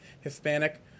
Hispanic